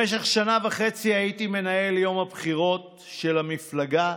במשך שנה וחצי הייתי מנהל יום הבחירות של המפלגה.